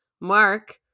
Mark